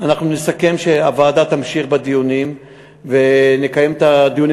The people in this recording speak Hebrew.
שאנחנו נסכם שהוועדה תמשיך בדיונים ונקיים את הדיונים,